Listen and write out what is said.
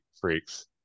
freaks